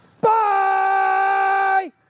Bye